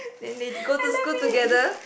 then they go to school together